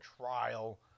trial